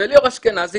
וליאור אשכנזי,